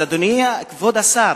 אז, אדוני, כבוד השר,